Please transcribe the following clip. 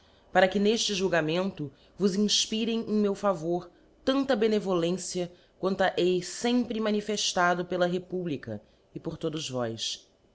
para que nefte julgamento vos infpirem em meu vcr tanta benevolência quanta hei sempre manifeftado la republica e por todos vós